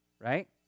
right